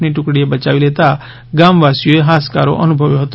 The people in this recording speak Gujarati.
ની ટુકડી એ બચાવી લેતા ગામવાસીઓ એ હાશકારો અનુભવ્યો હતો